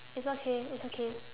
it's okay it's okay